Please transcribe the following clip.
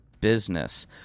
business